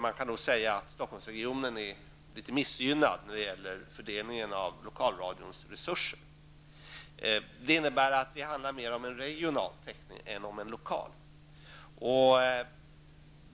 Man kan nog säga att Stockholmsregionen är litet missgynnad när det gäller fördelningen av lokalradioresurser. Det handlar således mera om en regional täckning än om en lokal.